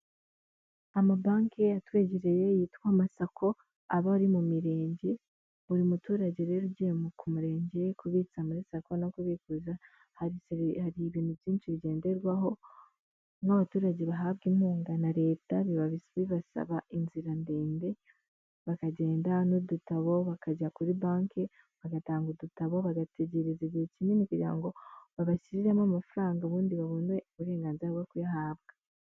Amabanki yatwegereye yitwa amasako abari mu Mirenge. Buri muturage rero ugiye ku Murenge kubitsa muri SACCO no kubikuza. Hari ibintu byinshi bigenderwaho nk'abaturage bahabwa inkunga na Leta biba bibasaba inzira ndende, bakagenda n'udutabo bakajya kuri banki bagatanga udutabo bagategereza igihe kinini kugira ngo babashyiremo amafaranga ubundi babone uburenganzira bwo kuyahabwa.